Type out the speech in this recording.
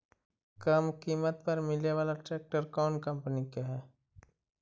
कम किमत पर मिले बाला ट्रैक्टर कौन कंपनी के है?